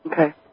Okay